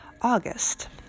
August